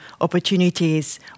opportunities